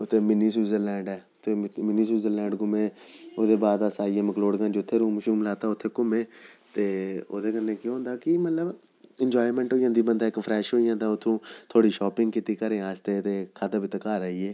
उत्थें mini Switzerland ऐ mini Switzerland घूमे ओह्दे बाद अस आई गे अस मकलोडगंज उत्थें रूम शूम लैता उत्थें घूमे ते ओह्दे कन्नै केह् होंदा कि मतलब इंजायमैंट होई जंदी बंदा इक फ्रैश होई जंदा उत्थूं थोह्ड़ी शापिंग कीती घरै आस्तै ते खाद्धा पीता घर आई गे